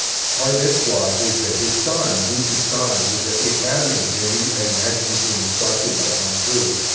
part of this plot is that his son, goose's son, is at the academy. and he i imagine he's being instructed by tom cruise.